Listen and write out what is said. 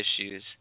issues